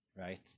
right